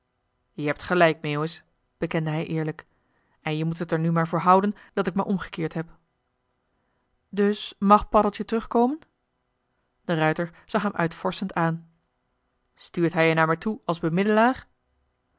je hebt gelijk meeuwis bekende hij eerlijk en je moet het er nu maar voor houden dat ik mij omgekeerd heb dus mag paddeltje terugkomen de ruijter zag hem uitvorschend aan stuurt hij je naar me toe als bemiddelaar